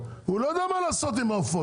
הוא לא יודע מה לעשות עם העופות.